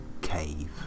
cave